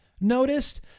noticed